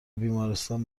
بیمارستان